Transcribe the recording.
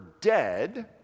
dead